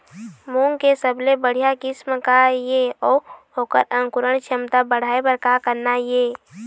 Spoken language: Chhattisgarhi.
मूंग के सबले बढ़िया किस्म का ये अऊ ओकर अंकुरण क्षमता बढ़ाये बर का करना ये?